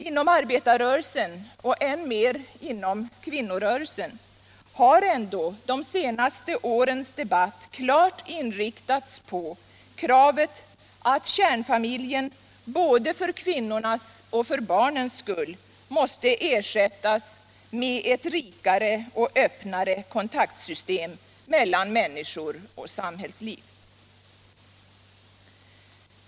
Inom arbetarrörelsen och än mer inom kvinnorörelsen har ändå de senaste årens debatt klart inriktats på kravet att kärnfamiljen både för kvinnornas och för barnens skull måste ersättas med ett rikare och öppnare kontaktsystem mellan människor och samhällsliv.